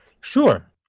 Sure